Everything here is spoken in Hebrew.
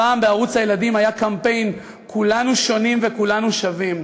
פעם ב"ערוץ הילדים" היה קמפיין: "כולנו שונים וכולנו שווים".